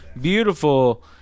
beautiful